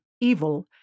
evil